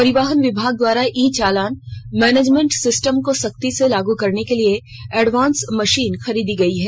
परिवहन विभाग द्वारा ई चालान मैनेजमेंट सिस्टम को सख्ती से लागू करने के लिए एडवांस मशीन खरीदी गई है